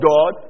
God